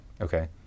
Okay